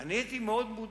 אני הייתי מאוד מודאג.